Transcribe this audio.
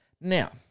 Now